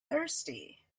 thirsty